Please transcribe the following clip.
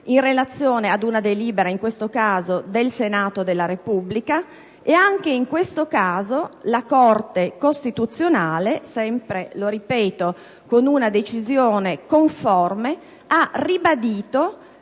in relazione a una delibera del Senato della Repubblica. Anche in questo caso la Corte costituzionale, sempre - lo ripeto - con una decisione conforme, ha ribadito